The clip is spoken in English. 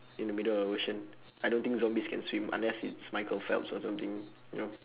in the middle of the ocean I don't think zombies can swim unless it's michael phelps or something you know